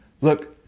Look